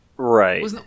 Right